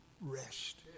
rest